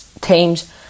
teams